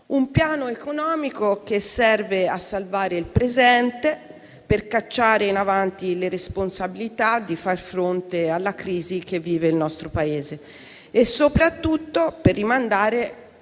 un piano economico che serve a salvare il presente per cacciare in avanti le responsabilità di far fronte alla crisi che vive il nostro Paese e, soprattutto, per rimandare